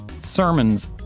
sermons